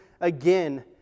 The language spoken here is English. again